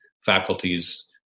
faculties